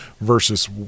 versus